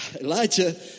Elijah